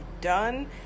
done